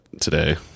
today